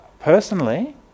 Personally